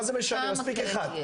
מספיק אחד.